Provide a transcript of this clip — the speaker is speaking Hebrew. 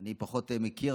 אני פחות מכיר,